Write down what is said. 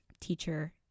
teacher